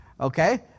Okay